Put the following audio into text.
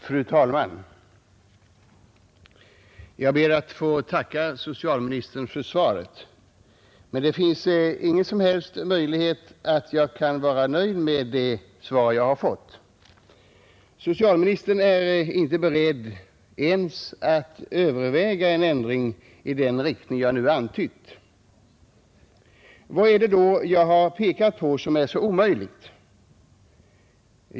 Fru talman! Jag ber att få tacka socialministern för svaret, men det finns ingen som helst möjlighet för mig att vara nöjd med det svar jag har fått. Socialministern är inte beredd att ens överväga en ändring i den riktning jag nu antytt. Vad är det då jag har pekat på som är så omöjligt?